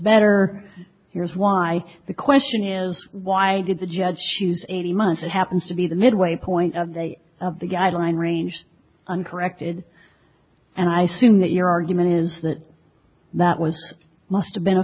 better here's why the question is why did the judge she's eighty months it happens to be the midway point of the of the guideline range uncorrected and i soon that your argument is that that was a must a be